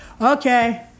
Okay